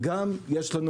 ויש לנו גם,